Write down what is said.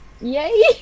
Yay